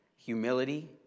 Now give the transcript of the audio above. Humility